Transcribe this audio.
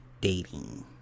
dating